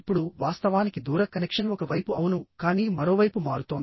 ఇప్పుడు వాస్తవానికి దూర కనెక్షన్ ఒక వైపు అవును కానీ మరోవైపు మారుతోంది